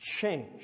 change